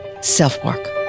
Self-Work